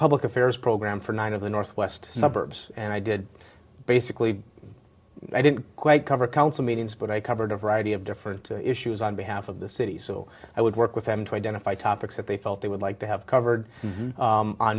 public affairs program for one of the northwest suburbs and i did basically i didn't quite cover council meetings but i covered a variety of different issues on behalf of the city so i would work with them to identify topics that they felt they would like to have covered